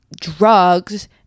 drugs